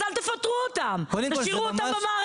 אז אל תפטרו אותם, תשאירו אותם במערכת.